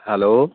hello